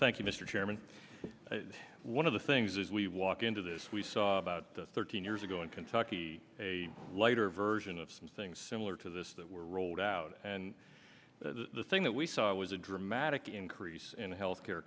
thank you mr chairman one of the things as we walked into this we saw about thirteen years ago in kentucky a lighter version of something similar to this that were rolled out and the thing that we saw was a dramatic increase in health care